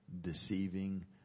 deceiving